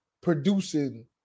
producing